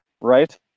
right